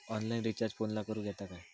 Online recharge फोनला करूक येता काय?